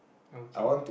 okay